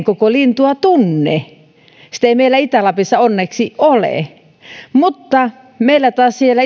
koko lintua tunne sitä ei meillä itä lapissa onneksi ole mutta meillä taas siellä